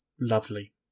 lovely